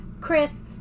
Chris